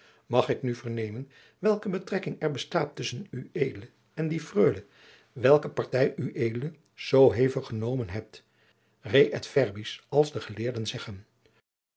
mag ik nu vernemen welke betrekking er bestaat tusschen ued en die freule wier partij ued zoo hevig genomen hebt re et verbis als de geleerden zeggen